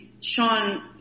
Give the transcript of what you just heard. Sean